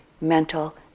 mental